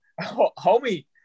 homie